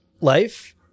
life